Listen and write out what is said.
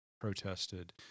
protested